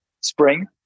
spring